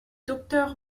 docteur